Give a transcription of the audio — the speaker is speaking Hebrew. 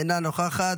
אינה נוכחת,